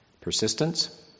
persistence